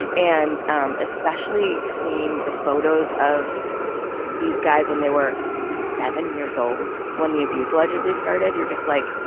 and and um especially seeing the photos of these guys when they were seven years old when the abuse allegedly started. you're just, like,